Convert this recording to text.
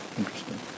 interesting